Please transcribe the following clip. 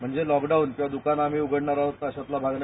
म्हणजे lockdown किंवा दकाने आम्ही उघडणार आहोत अशातला काही भाग नाही